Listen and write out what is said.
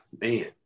man